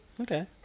Okay